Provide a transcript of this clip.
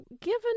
given